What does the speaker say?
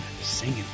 singing